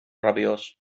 rabiós